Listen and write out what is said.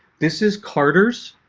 this is carter's.